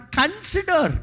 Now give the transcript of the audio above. consider